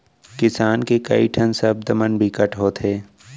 किसान के कइ ठन सब्द मन बिकट होथे